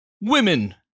Women